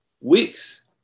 weeks